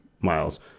miles